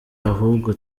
ahubwo